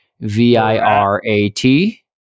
v-i-r-a-t